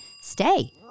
stay